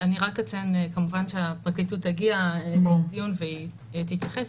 אני רק אציין כמובן שהפרקליטות הגיעה לדיון והיא יכולה להתייחס.